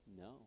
No